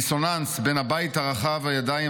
הדיסוננס בין הבית רחב הידיים,